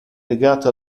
legate